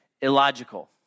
illogical